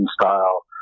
style